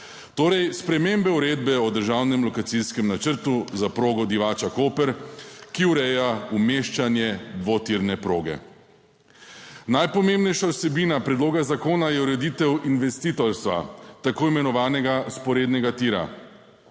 torej spremembe uredbe o državnem lokacijskem načrtu za progo Divača–Koper, ki ureja umeščanje dvotirne proge. Najpomembnejša vsebina predloga zakona je ureditev investitorstva tako imenovanega vzporednega tira.